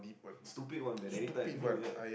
stupid one man anytime ya